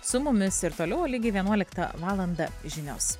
su mumis ir toliau lygiai vienuoliktą valandą žinios